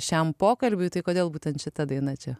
šiam pokalbiui tai kodėl būtent šita daina čia